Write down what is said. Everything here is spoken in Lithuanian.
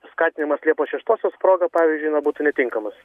skatinimas liepos šeštosios proga pavyzdžiui na būtų netinkamas